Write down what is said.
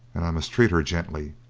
and i must treat her gently.